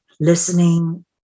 listening